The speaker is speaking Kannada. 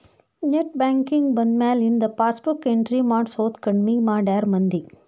ನೆಟ್ ಬ್ಯಾಂಕಿಂಗ್ ಬಂದ್ಮ್ಯಾಲಿಂದ ಪಾಸಬುಕ್ ಎಂಟ್ರಿ ಮಾಡ್ಸೋದ್ ಕಡ್ಮಿ ಮಾಡ್ಯಾರ ಮಂದಿ